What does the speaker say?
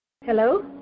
Hello